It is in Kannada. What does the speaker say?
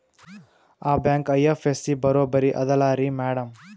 ಆ ಬ್ಯಾಂಕ ಐ.ಎಫ್.ಎಸ್.ಸಿ ಬರೊಬರಿ ಅದಲಾರಿ ಮ್ಯಾಡಂ?